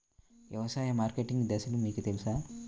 వ్యవసాయ మార్కెటింగ్ దశలు మీకు తెలుసా?